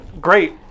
Great